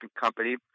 company